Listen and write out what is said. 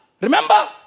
remember